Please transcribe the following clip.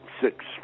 six